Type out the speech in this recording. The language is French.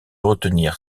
retenir